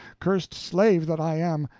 cursed slave that i am!